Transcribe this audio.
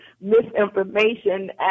misinformation